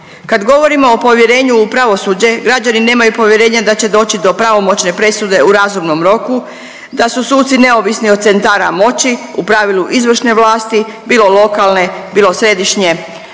Kad govorimo o povjerenju u pravosuđe, građani nemaju povjerenja da će doći do pravomoćne presude u razumnom roku, da su suci neovisni od centara moći, u pravilu izvršne vlasti, bilo lokalne, bilo središnje